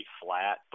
flat